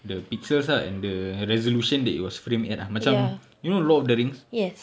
the pixels ah and the resolution that it was framed at ah macam you know lord of the rings